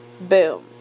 Boom